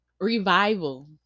Revival